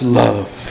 love